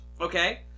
okay